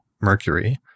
Mercury